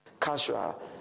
casual